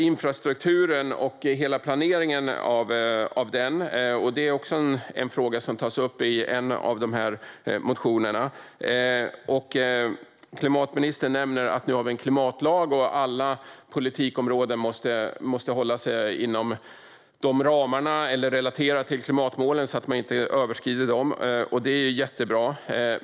Infrastrukturen och planeringen av den tas också upp i en av motionerna. Klimatministern nämner att vi nu har en klimatlag och att alla politikområden måste hålla sig inom de ramarna eller relatera till klimatmålen så att de inte överskrids. Det är jättebra.